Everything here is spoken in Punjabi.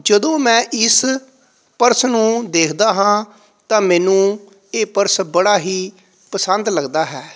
ਜਦੋਂ ਮੈਂ ਇਸ ਪਰਸ ਨੂੰ ਦੇਖਦਾ ਹਾਂ ਤਾਂ ਮੈਨੂੰ ਇਹ ਪਰਸ ਬੜਾ ਹੀ ਪਸੰਦ ਲੱਗਦਾ ਹੈ